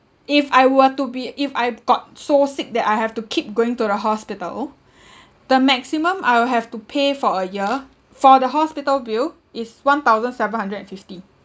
if I were to be if I've got so sick that I have to keep going to the hospital the maximum I will have to pay for a year for the hospital bill is one thousand seven hundred and fifty